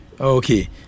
okay